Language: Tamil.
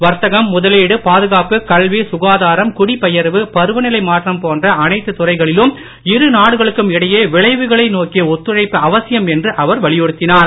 வர்த்தகம் முதலீடு பாதுகாப்பு கல்வி சுகாதாரம் குடிபெயர்வு பருவநிலை மாற்றம் போன்ற அனைத்து துறைகளிலும் இரு நாடுகளுக்கும் இடையே விளைவுகளை நோக்கிய ஒத்துழைப்பு அவசியம் என்று அவர் வலியுறுத்தினார்